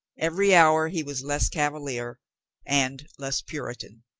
every hour he was less cavalier and less puritan.